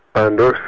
and